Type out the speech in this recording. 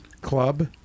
club